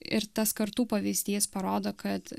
ir tas kartų pavyzdys parodo kad